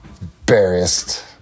embarrassed